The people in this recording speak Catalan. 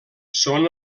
són